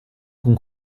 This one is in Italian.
con